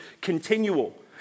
continual